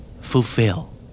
Fulfill